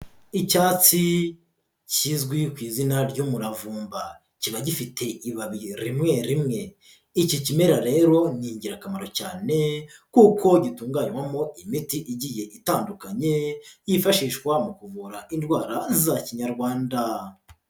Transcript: Icyatsi kizwi ku izina ry'umuravumba, kiba gifite ibabi rimwe rimwe, iki kimera rero ni ingirakamaro cyane kuko gitunganywamo imiti igiye itandukanye, yifashishwa mu kuvura indwara za Kinyarwanda.